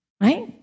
Right